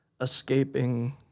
escaping